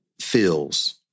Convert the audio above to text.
feels